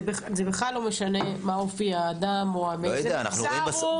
זה בכלל לא משנה מה אופי האדם או מאיזה מוצא הוא.